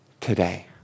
Today